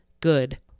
good